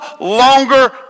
longer